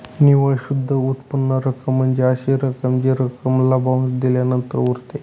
निव्वळ शुद्ध उत्पन्न रक्कम म्हणजे अशी रक्कम जी रक्कम लाभांश दिल्यानंतर उरते